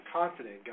confident